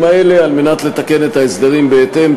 האלה על מנת לתקן את ההסדרים בהתאם.